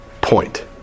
point